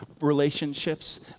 relationships